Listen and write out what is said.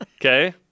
Okay